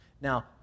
now